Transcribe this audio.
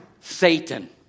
Satan